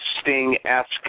sting-esque